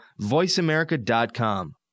voiceamerica.com